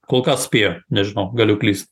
kol kas spėja nežinau galiu klyst